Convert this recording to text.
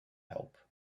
help